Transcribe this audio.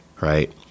right